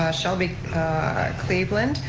shelby cleveland,